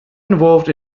involved